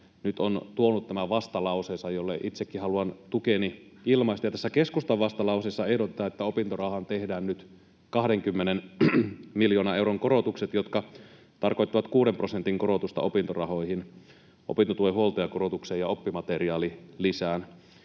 nyt on tuonut tämän vastalauseensa, jolle itsekin haluan tukeni ilmaista. Tässä keskustan vastalauseessa ehdotetaan, että opintorahaan tehdään nyt 20 miljoonan euron korotukset, jotka tarkoittavat kuuden prosentin korotusta opintorahoihin, opintotuen huoltajakorotukseen ja oppimateriaalilisään.